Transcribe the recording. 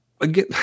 Again